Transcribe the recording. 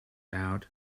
out